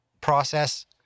process